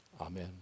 Amen